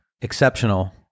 exceptional